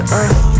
earth